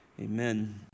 amen